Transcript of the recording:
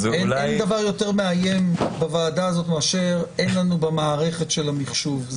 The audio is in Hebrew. אין דבר יותר מאיים בוועדה הזאת מאשר אין לנו במערכת המחשוב.